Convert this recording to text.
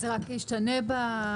זה רק ישתנה בנוסח.